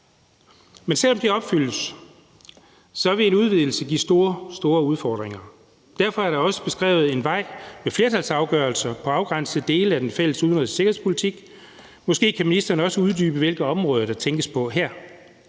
Men selv om de opfyldes, vil en udvidelse give store, store udfordringer. Derfor er der også beskrevet en vej med flertalsafgørelser på afgrænsede dele af den fælles udenrigs- og sikkerhedspolitik. Måske kan ministeren også uddybe, hvilke områder der tænkes på her.